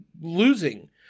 losing